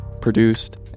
produced